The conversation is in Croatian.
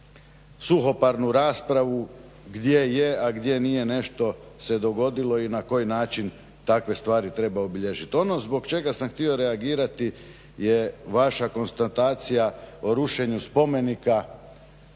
suhoparnu raspravu gdje je, a gdje nije nešto se dogodilo i na koji način takve stvari treba obilježit. Ono zbog čega sam htio reagirati je vaša konstatacija o rušenju spomenika